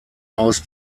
aus